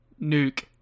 nuke